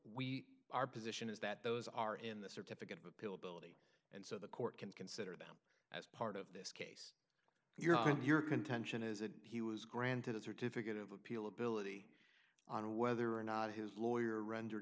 we our position is that those are in the certificate of appeal ability and so the court can consider them as part of this case your your contention is that he was granted a certificate of appeal ability on whether or not his lawyer rendered